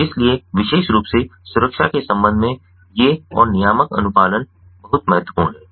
इसलिए विशेष रूप से सुरक्षा के संबंध में ये और नियामक अनुपालन बहुत महत्वपूर्ण है